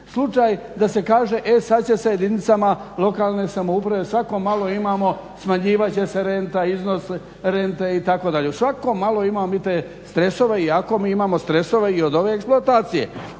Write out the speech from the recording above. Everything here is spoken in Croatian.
slučaj da se kaže e sad će se jedinicama lokalne samouprave svako malo imamo smanjivat će se renta, iznos rente itd. Svako malo imamo mi te stresove iako mi imamo stresove i od ove eksploatacije.